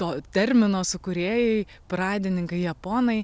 to termino sukūrėjai pradininkai japonai